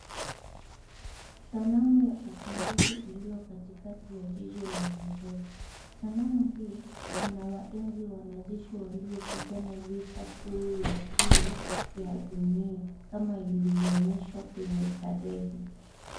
Sanamu ya ukumbusho iliyo katikati ya jiji la Nairobi. Sanamu hii inawaenzi wanajeshi waliopigana vita kuu ya pili ya dunia kama ilivyoonyeshwa kwenye tarehe.